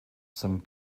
some